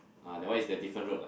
ah that one is the different road lah